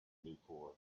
before